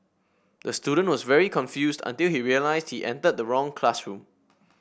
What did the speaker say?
the student was very confused until he realised he entered the wrong classroom